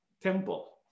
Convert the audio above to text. temple